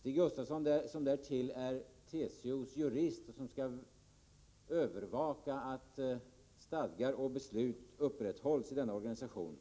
Stig Gustafsson, som därtill är TCO:s jurist och skall övervaka att stadgar och beslut upprätthålls i denna organisation,